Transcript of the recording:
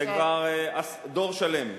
זה כבר דור שלם.